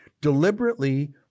Deliberately